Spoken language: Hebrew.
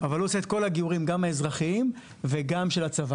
אבל הוא עושה את כל הגיורים גם האזרחיים וגם של הצבא.